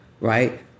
right